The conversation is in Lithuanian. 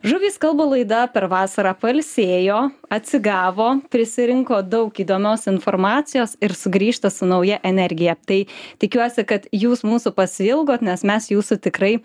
žuvys kalba laida per vasarą pailsėjo atsigavo prisirinko daug įdomios informacijos ir sugrįžta su nauja energija tai tikiuosi kad jūs mūsų pasiilgot nes mes jūsų tikrai